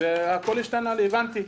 והכול השתנה לי, הבנתי.